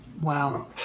wow